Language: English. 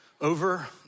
over